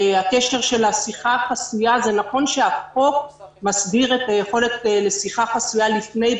הקשר של השיחה החסויה נכון שהחוק מסדיר את היכולת לשיחה חסויה לפני,